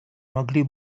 могли